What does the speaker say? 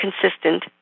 consistent